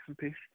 patient